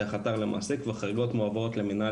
דרך האתר למעסיק והחריגות מועברות למנהל